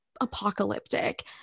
apocalyptic